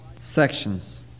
sections